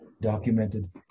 documented